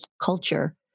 culture